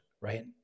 right